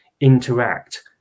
interact